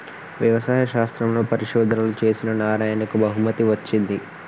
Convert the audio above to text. వ్యవసాయ శాస్త్రంలో పరిశోధనలు చేసిన నారాయణకు బహుమతి వచ్చింది